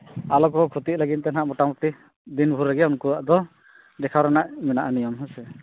ᱟᱞᱚ ᱠᱚ ᱠᱷᱚᱛᱤᱜ ᱞᱟᱹᱜᱤᱫ ᱛᱮ ᱱᱟᱦᱟᱸᱜ ᱢᱳᱴᱟᱢᱩᱴᱤ ᱫᱤᱱ ᱵᱷᱳᱨ ᱜᱮ ᱩᱱᱠᱩᱣᱟᱜ ᱫᱚ ᱫᱮᱠᱷᱟᱣ ᱨᱮᱱᱟᱜ ᱢᱮᱱᱟᱜᱼᱟ ᱱᱤᱭᱚᱢ ᱦᱮᱸ ᱥᱮ